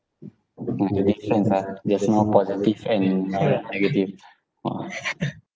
what the difference ah the small positive and uh negative orh